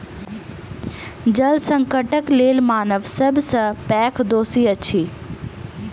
जल संकटक लेल मानव सब सॅ पैघ दोषी अछि